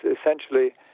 essentially